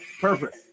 Perfect